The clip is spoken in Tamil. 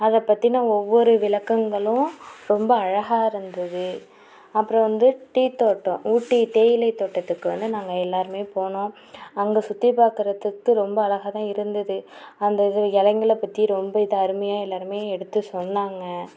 அதை பற்றின ஒவ்வொரு விளக்கங்களும் ரொம்ப அழகாக இருந்தது அப்புறம் வந்து டீ தோட்டம் ஊட்டி தேயிலை தோட்டத்துக்கு வந்து நாங்கள் எல்லாருமே போனோம் அங்கே சுற்றி பார்க்குறதுக்கு ரொம்ப அழகாக தான் இருந்தது அந்த இது இலைங்களை பற்றி ரொம்ப இதாக அருமையாக எல்லாருமே எடுத்து சொன்னாங்க